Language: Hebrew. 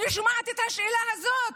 אני שומעת את השאלה הזאת.